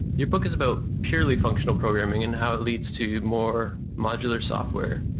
your book is about purely functional programming and how it leads to more modular software.